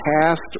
Cast